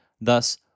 Thus